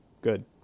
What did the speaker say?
Good